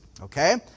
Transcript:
okay